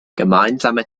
gemeinsame